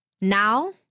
Now